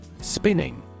Spinning